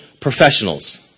professionals